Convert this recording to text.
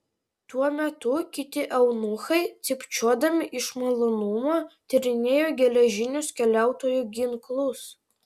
tuo metu kiti eunuchai cypčiodami iš malonumo tyrinėjo geležinius keliautojų ginklus